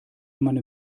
meine